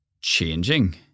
changing